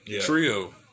Trio